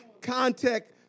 contact